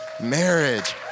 marriage